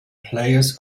players